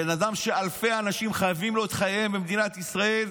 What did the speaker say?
בן אדם שאלפי אנשים חייבים לו את חייהם במדינת ישראל,